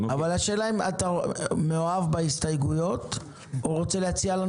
על ארגז התפוחים, לא על התפוח עצמו.